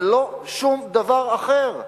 זה לא שום דבר אחר,